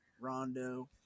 Rondo